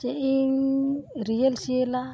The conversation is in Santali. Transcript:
ᱪᱮ ᱤᱧ ᱨᱤᱭᱮᱞ ᱥᱤᱭᱮᱞᱟ